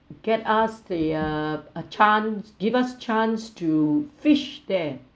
get us there a chance give us chance to fish there